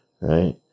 right